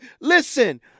listen